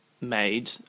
made